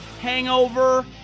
hangover